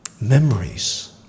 memories